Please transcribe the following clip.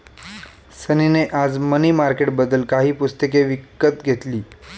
सनी ने आज मनी मार्केटबद्दल काही पुस्तके विकत घेतली